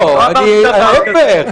לא אמרתי דבר כזה.